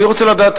אני רוצה לדעת,